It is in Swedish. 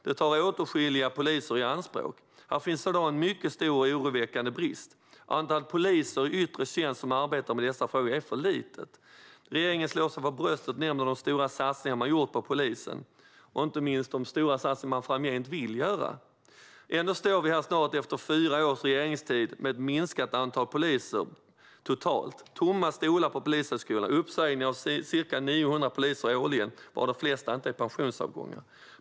Det tar åtskilliga poliser i anspråk. Här finns i dag en mycket stor och oroväckande brist. Antalet poliser i yttre tjänst som arbetar med dessa frågor är för litet. Regeringen slår sig för bröstet och nämner de stora satsningar man har gjort på polisen och inte minst de stora satsningar man framgent vill göra. Ändå står vi här efter snart fyra års regeringstid med ett minskat antal poliser totalt. Det är tomma stolar på Polishögskolan och ca 900 poliser årligen som säger upp sig, varav de flesta inte är pensionsavgångar.